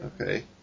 Okay